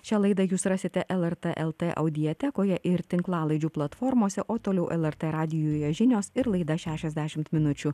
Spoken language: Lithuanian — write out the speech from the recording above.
šią laidą jūs rasite lrt el t audiotekoje ir tinklalaidžių platformose o toliau lrt radijuje žinios ir laida šešiasdešimt minučių